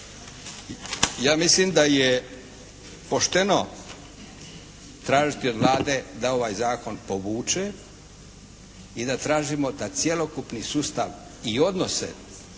Ja mislim da je pošteno tražiti od Vlade da ovaj zakon povuče i da tražimo da cjelokupni sustav i odnose